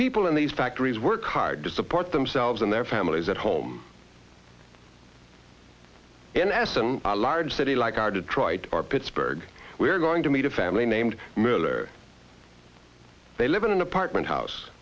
people in these factories work hard to support themselves and their families at home in essen a large city like our detroit our pittsburgh we're going to meet a family named miller they live in an apartment house